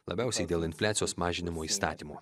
labiausiai dėl infliacijos mažinimo įstatymo